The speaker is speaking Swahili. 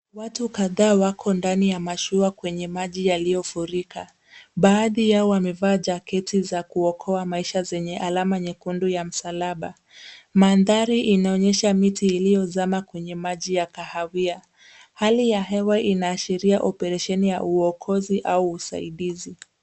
Watu kadhaa wako ndani ya mashua kwenye maji iliyofurika. Baadhi yao wamevaa jaketi za kuokoa maisha zenye alama nyekundu ya msalaba. Mandhari inaonyesha miti iliyozama kwenye maji ya kahawia. Hali ya hewa inaashiria operesheni ya uokozi au usaidizi.